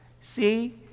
See